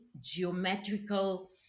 geometrical